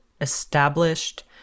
established